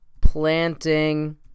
planting